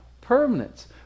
permanence